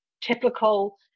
typical